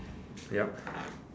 yup